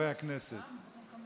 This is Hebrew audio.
חברי הכנסת,